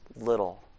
little